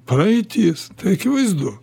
praeitis tai akivaizdu